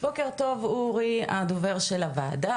בוקר טוב לאורי, הדובר של הוועדה.